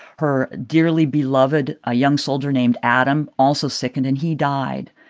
her dearly beloved, a young soldier named adam, also sickened and he died.